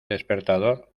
despertador